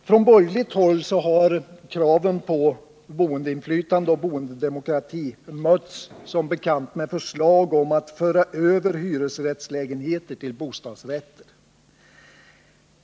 Från borgerligt håll har kraven på boendeinflytande och boendedemokrati som bekant mötts med förslag om att förvandla hyresrättslägenheter till bostadsrättslägenheter.